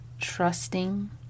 trusting